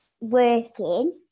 working